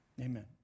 amen